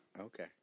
Okay